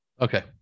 Okay